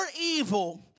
evil